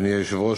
אדוני היושב-ראש,